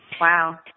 wow